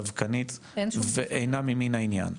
דווקנית, ואינה ממן העניין.